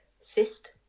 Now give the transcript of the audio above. cyst